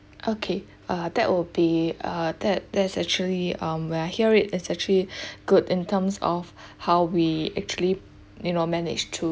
okay uh that would be uh that that's actually um we're hear it is actually good in terms of how we actually you know managed to